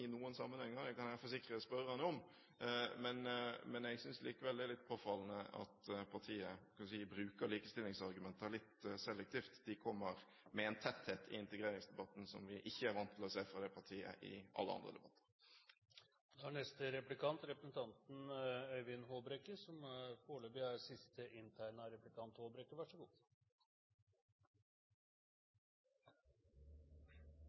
i noen sammenheng. Det kan jeg forsikre spørreren om, men jeg synes likevel det er litt påfallende at partiet bruker likestillingsargumentene litt selektivt. De kommer med en tetthet i integreringsdebatten som vi ikke er vant til å se fra det partiet i alle andre debatter. Jeg skal ikke bruke replikkens ene minutt til å korrigere alle unøyaktighetene i statsrådens innlegg, men jeg har et par spørsmål. Så